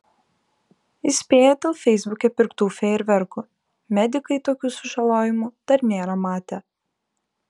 įspėja dėl feisbuke pirktų fejerverkų medikai tokių sužalojimų dar nėra matę